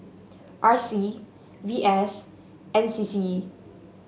R C V S N C C